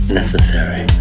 necessary